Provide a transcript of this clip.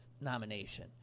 nomination